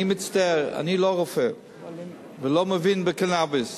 אני מצטער, אני לא רופא ולא מבין בקנאביס.